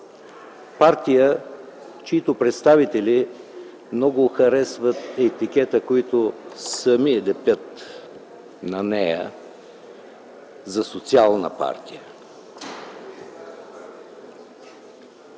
партия, чиито представители много харесват етикета, който сами лепят на нея, за социална партия.